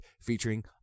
featuring